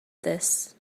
this